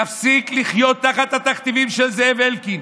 תפסיק לחיות תחת התכתיבים של זאב אלקין.